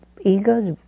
egos